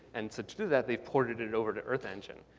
and to to do that they've ported it over to earth engine.